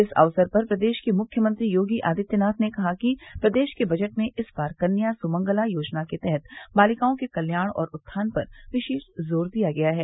इस अवसर पर प्रदेश के मुख्यमंत्री योगी आदित्यनाथ ने कहा कि प्रदेश के बजट में इस बार कन्या सुमंगला योजना के तहत बालिकाओं के कल्याण और उत्थान पर विशेष जोर दिया गया है